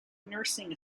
nursing